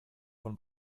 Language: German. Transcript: von